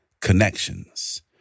connections